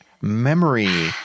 memory